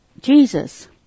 Jesus